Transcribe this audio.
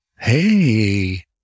Hey